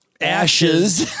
ashes